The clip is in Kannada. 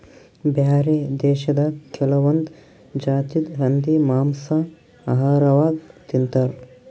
ಬ್ಯಾರೆ ದೇಶದಾಗ್ ಕೆಲವೊಂದ್ ಜಾತಿದ್ ಹಂದಿ ಮಾಂಸಾ ಆಹಾರವಾಗ್ ತಿಂತಾರ್